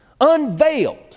Unveiled